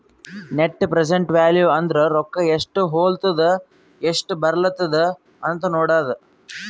net present value ಅಂದುರ್ ರೊಕ್ಕಾ ಎಸ್ಟ್ ಹೊಲತ್ತುದ ಎಸ್ಟ್ ಬರ್ಲತ್ತದ ಅಂತ್ ನೋಡದ್ದ